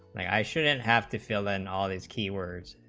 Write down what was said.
and i shouldn't have to fill in all these keywords